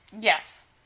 Yes